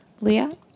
Leah